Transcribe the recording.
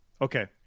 Okay